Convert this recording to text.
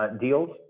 deals